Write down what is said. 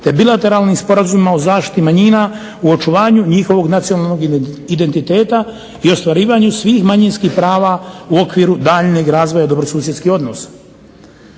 te bilateralnim sporazumima u zaštiti manjina u očuvanju njihovog nacionalnog identiteta i ostvarivanju svih manjinskih prava u okviru daljnjeg razvoja i dobrosusjedskih odnosa.